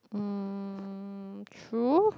true